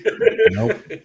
Nope